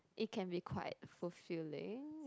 it can be quite fulfilling